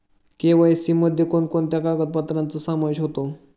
KYC मध्ये कोणकोणत्या कागदपत्रांचा समावेश होतो?